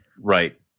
Right